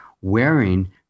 wearing